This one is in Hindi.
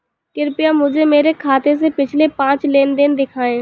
कृपया मुझे मेरे खाते से पिछले पांच लेन देन दिखाएं